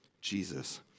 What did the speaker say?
Jesus